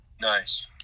Nice